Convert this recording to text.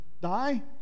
die